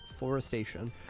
forestation